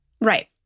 Right